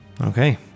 Okay